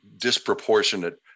disproportionate